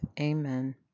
Amen